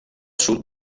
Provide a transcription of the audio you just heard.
sud